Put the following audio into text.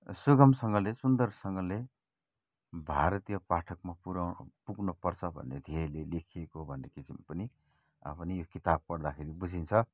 सुगमसँगले सुन्दरसँगले भारतीय पाठकमा पुर्याउनु पुग्नुपर्छ भन्ने ध्येयले लेखिएको भनिसके पनि भए पनि यो किताब पढ्दाखेरि बुझिन्छ